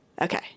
Okay